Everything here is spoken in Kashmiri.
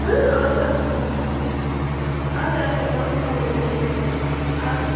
اَدٕ سا اَچھا اَچھا ٹرٛانٕسفارمر اوس دوٚدمُت اَدٕ